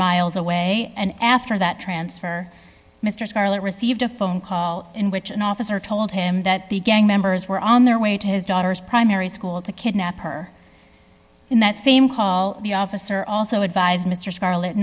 miles away and after that transfer mr scarlett received a phone call in which an officer told him that the gang members were on their way to his daughter's primary school to kidnap her in that same call the officer also advised mr scarlet